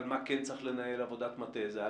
על מה כן צריך לנהל עבודת מטה זה עלה?